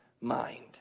mind